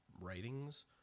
writings